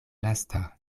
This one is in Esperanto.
lasta